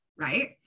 right